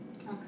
Okay